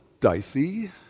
dicey